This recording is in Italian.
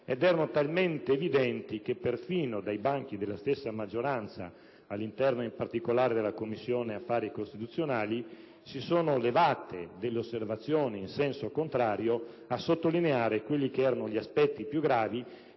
ed erano talmente evidenti che perfino dai banchi della stessa maggioranza, all'interno in particolare della Commissione affari costituzionali, si sono levate delle osservazioni in senso contrario a sottolineare quelli che erano gli aspetti più gravi,